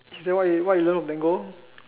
is that is that what you learn from Tango